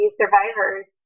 survivors